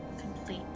complete